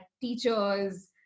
teachers